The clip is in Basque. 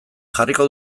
jarriko